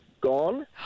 gone